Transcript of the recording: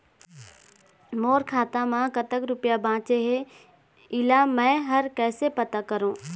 मोर खाता म कतक रुपया बांचे हे, इला मैं हर कैसे पता करों?